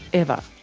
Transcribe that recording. ever.